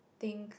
think